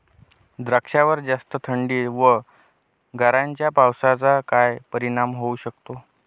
द्राक्षावर जास्त थंडी व गारांच्या पावसाचा काय परिणाम होऊ शकतो?